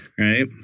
Right